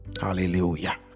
hallelujah